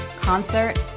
concert